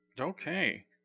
Okay